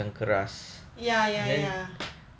ya ya ya